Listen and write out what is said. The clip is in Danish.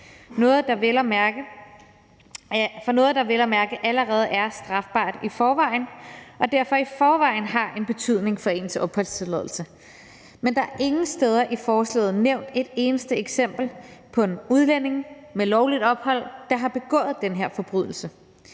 for noget, der vel at mærke allerede er strafbart og derfor i forvejen har en betydning for ens opholdstilladelse. Men der er ingen steder i forslaget nævnt et eneste eksempel på en udlænding med lovligt ophold, der har begået den her forbrydelse.